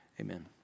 amen